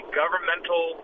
governmental